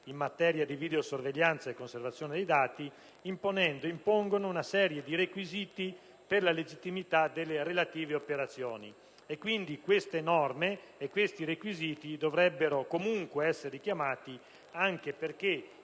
in materia di videosorveglianza e conservazione dei dati impongono una serie di requisiti per la legittimità delle relative operazioni. Quindi, tali norme e requisiti dovrebbero comunque essere richiamati anche perché